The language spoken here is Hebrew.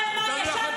מה אני יודע?